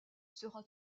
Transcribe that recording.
sera